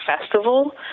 festival